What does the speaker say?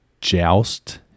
joust